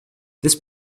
this